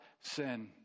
sin